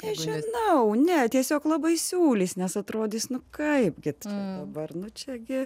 nežinau ne tiesiog labai siūlys nes atrodys nu kaipgi tu dabar nu čiagi